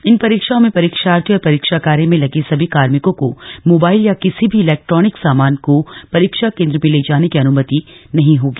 इन परीक्षाओं में परीक्षार्थी और परीक्षा कार्य में लगे सभी कार्मिकों को मोबाइल या किसी भी इलेक्टॉनिक सामान को परीक्षा केन्द्र में ले जाने की अनुमति नहीं होगी